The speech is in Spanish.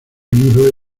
libro